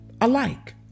alike